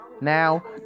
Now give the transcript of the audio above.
now